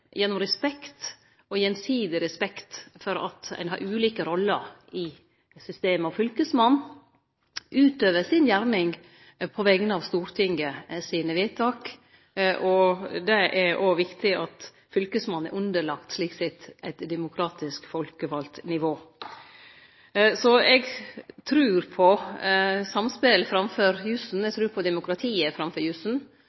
gjennom samspel og gjennom gjensidig respekt for at ein har ulike roller i systemet. Fylkesmannen utøver si gjerning på vegner av Stortinget når det gjeld vedtak som vert fatta, og det er òg viktig at Fylkesmannen slik sett er underlagd eit demokratisk folkevalt nivå. Så eg trur på samspel framfor jusen.